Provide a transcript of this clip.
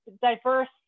diverse